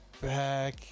back